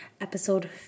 episode